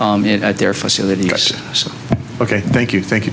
it at their facility so ok thank you thank you